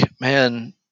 man